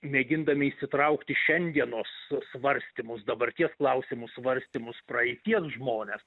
mėgindami įsitraukti į šiandienos svarstymus dabarties klausimų svarstymus praeities žmones